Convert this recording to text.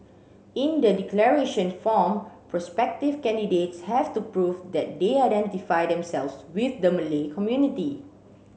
in the declaration form prospective candidates have to prove that they identify themselves with the Malay community